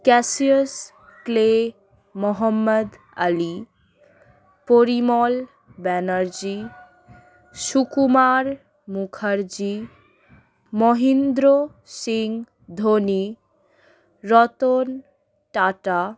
Cassius Clay Muhammad Ali Parimal Banerjee Sukumar Mukherjee Mahendra Singh Dhoni Ratan tata